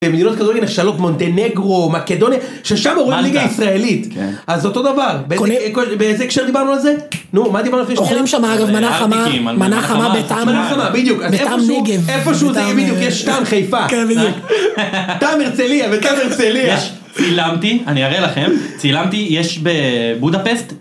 במדינות כזאתי נחשלות, מונטנגרו, מקדוניה, ששם מורה ליגה ישראלית, אז אותו דבר. באיזה הקשר דיברנו על זה? נו, מה דיברנו לפני שנייה? אוכלים שם אגב מנה חמה, מנה חמה בטעם נגב. איפשהו זה יהיה.. בדיוק. יש טעם חיפה, טעם הרצליה, בטעם הרצליה. צילמתי, אני אראה לכם, צילמתי, יש בבודפסט,